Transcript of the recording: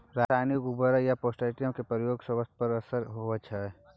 रसायनिक उर्वरक आ पेस्टिसाइड के प्रयोग से स्वास्थ्य पर कि असर होए छै?